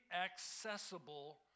accessible